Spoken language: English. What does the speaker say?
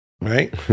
Right